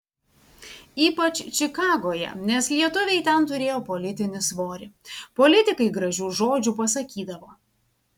ypač čikagoje nes lietuviai ten turėjo politinį svorį politikai gražių žodžių pasakydavo